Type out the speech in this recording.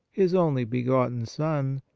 his only-begotten son,